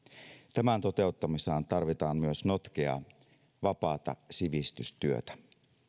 tämän toteuttamiseen tarvitaan myös notkeaa vapaata sivistystyötä